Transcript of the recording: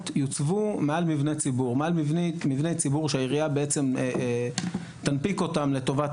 יוצבו מעל מבני ציבור שהעירייה בעצם תנפיק אותם לטובת